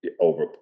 over